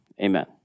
amen